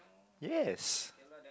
yes